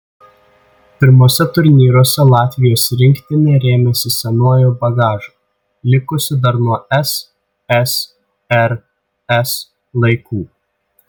pirmuose turnyruose latvijos rinktinė rėmėsi senuoju bagažu likusiu dar nuo ssrs laikų